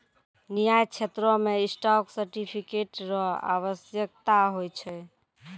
न्याय क्षेत्रो मे स्टॉक सर्टिफिकेट र आवश्यकता होय छै